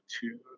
two